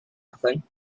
nothing